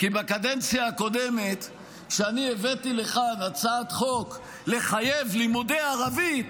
כי בקדנציה הקודמת כשאני הבאתי לכאן הצעת חוק לחייב לימודי ערבית,